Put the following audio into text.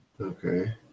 okay